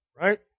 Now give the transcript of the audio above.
Right